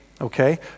Okay